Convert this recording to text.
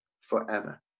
forever